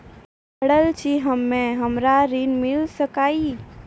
पढल छी हम्मे हमरा ऋण मिल सकई?